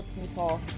people